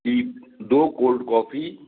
कि दो cold coffee